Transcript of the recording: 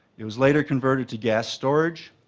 it was later converted to gas storage,